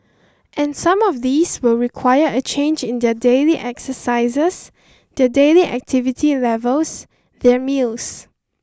and some of these will require a change in their daily exercises their daily activity levels their meals